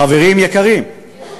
חברים יקרים,